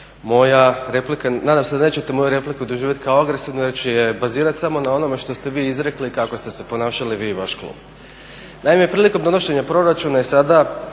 moja replika, nadam se da nećete moju repliku doživjeti kao agresivnu jer ja ću je bazirati samo na onome što ste vi izrekli kako ste ponašali vi i vaš klub. Naime, prilikom donošenja proračuna i sada